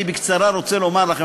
אני בקצרה רוצה לומר לכם,